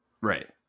Right